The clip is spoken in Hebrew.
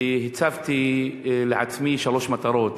והצבתי לעצמי שלוש מטרות.